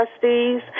trustees